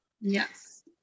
Yes